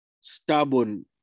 stubborn